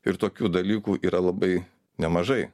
ir tokių dalykų yra labai nemažai